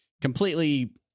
completely